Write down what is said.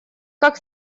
как